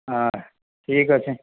হ্যাঁ ঠিক আছে